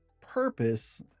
purpose